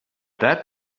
that